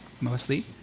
mostly